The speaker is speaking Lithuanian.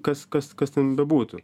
kas kas kas ten bebūtų